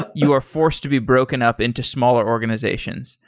ah you are forced to be broken up into smaller organizations,